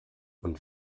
und